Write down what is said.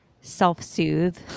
self-soothe